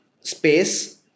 space